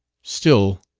still,